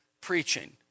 preaching